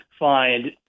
find